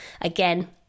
again